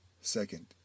Second